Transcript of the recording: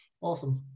Awesome